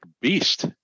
beast